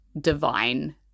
divine